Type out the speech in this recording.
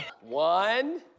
One